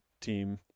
team